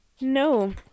No